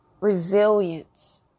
resilience